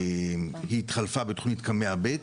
היא התחלפה בתוכנית קמ"ע ב'.